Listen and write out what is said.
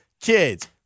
Kids